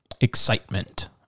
excitement